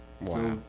Wow